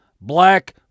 Black